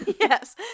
yes